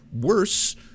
worse